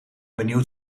benieuwd